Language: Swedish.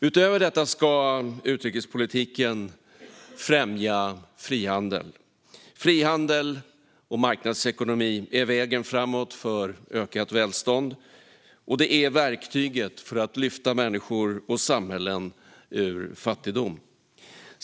Utöver detta ska utrikespolitiken främja frihandel. Frihandel och marknadsekonomi är vägen framåt för ökat välstånd, och det är verktyget för att lyfta människor och samhällen ur fattigdom.